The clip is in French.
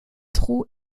trous